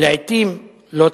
לעתים לא צפויות.